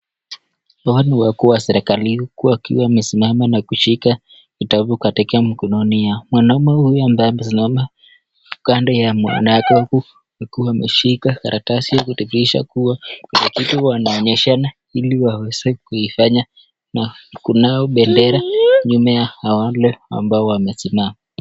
Hawa ni wakuu wa serikalini huku wakiwa wamesimama kushika kitabu katika mkononi yao, mwanaume huyu ambaye amesimama kando ya mwanamke huku akiwa ameshika karatasi kuthibitisha kuwa kuna kitu wanaonyeshana ili waweze kuifanya na kunao bendera nyuma ya wale ambao wamesimama.